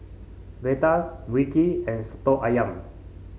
vadai Mui Kee and soto ayam